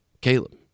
Caleb